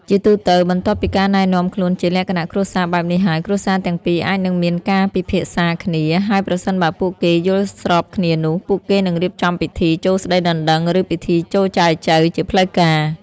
ជាទូទៅ បន្ទាប់ពីការណែនាំខ្លួនជាលក្ខណៈគ្រួសារបែបនេះហើយ គ្រួសារទាំងពីរអាចនឹងមានការពិភាក្សាគ្នា ហើយប្រសិនបើពួកគេយល់ស្របគ្នានោះ ពួកគេនឹងរៀបចំពិធី ចូលស្តីដណ្ដឹង ឬ ពិធីចូលចែចូវ ជាផ្លូវការ។